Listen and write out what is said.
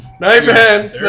Nightman